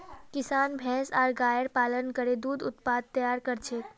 किसान भैंस आर गायर पालन करे दूध उत्पाद तैयार कर छेक